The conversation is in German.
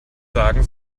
sagen